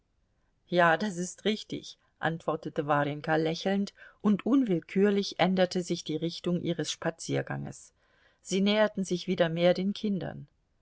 ja das ist richtig antwortete warjenka lächelnd und unwillkürlich änderte sich die richtung ihres spazierganges sie näherten sich wieder mehr den kindern